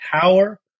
power